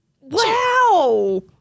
Wow